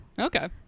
okay